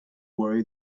worry